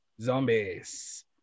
zombies